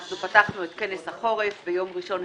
אנחנו פתחנו את כנס החורף ביום ראשון,